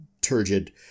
turgid